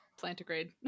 plantigrade